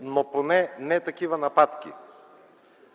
но поне не такива нападки.